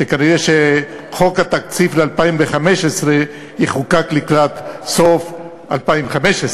שכנראה חוק התקציב ל-2015 יחוקק לקראת סוף 2015,